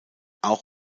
auch